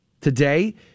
Today